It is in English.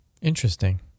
interesting